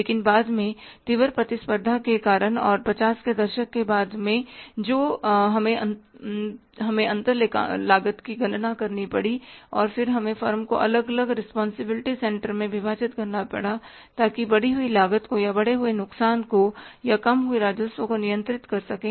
लेकिन बाद में तीव्र प्रतिस्पर्धा के कारण और 50 के दशक के बाद में हमें अंतर लागत की गणना करनी पड़ी और फिर हमें फर्म को अलग अलग रिस्पांसिबिलिटी सेंटर में विभाजित करना पड़ा ताकि बढ़ी हुई लागत को या बड़े हुए नुकसान को या कम हुए राजस्व को नियंत्रित कर सकें